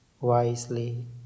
wisely